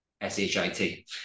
s-h-i-t